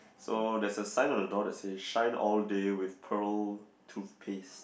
so there's a sign on the door that says shine all day with pearl toothpaste